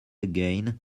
again